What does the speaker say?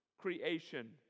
creation